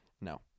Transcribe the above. no